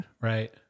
right